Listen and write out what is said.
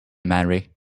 marry